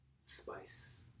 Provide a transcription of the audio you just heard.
spice